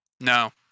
No